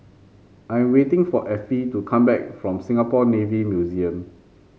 I am waiting for Effie to come back from Singapore Navy Museum